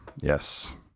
Yes